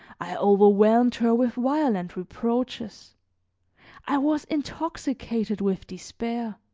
i overwhelmed her with violent reproaches i was intoxicated with despair.